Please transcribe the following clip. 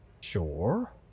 Sure